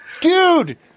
dude